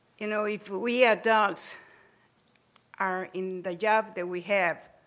you know, if we adults are in the job that we have,